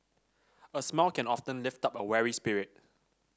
a smile can often lift up a weary spirit